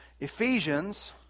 Ephesians